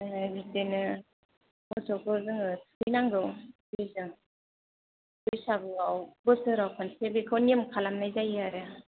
आमफ्राय बिदिनो मोसौखौ जोङो थुखैनांगौ दैजों बैसागुआव बोसोराव खनसे बेखौ नियम खालामनाय जायो आरो